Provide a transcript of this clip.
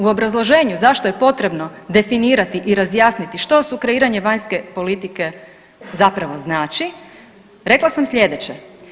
U obrazloženju zašto je potrebno definirati i razjasniti što sukreiranje vanjske politike zapravo znači rekla sam slijedeće.